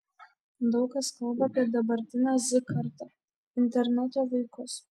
daug kas kalba apie dabartinę z kartą interneto vaikus